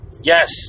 yes